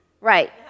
Right